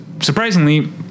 surprisingly